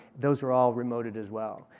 those are all remoted as well.